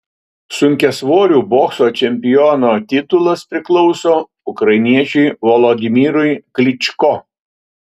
sunkiasvorių bokso čempiono titulas priklauso ukrainiečiui volodymyrui klyčko